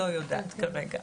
לא יודעת כרגע,